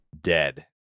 DEAD